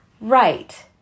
Right